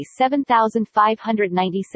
7596